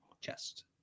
chest